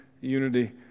unity